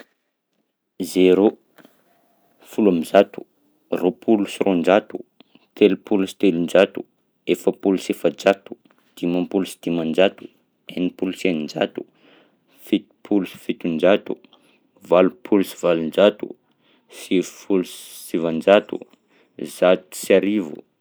Zéro, folo am'zato, roapolo sy roanjato, telopolo sy telonjato, efapolo sy efajato, dimampolo sy dimanjato, enimpolo sy eninjato, fitopolo sy fitonjato, valopolo sy valonjato, sivy folo sy sivanjato, zato sy arivo.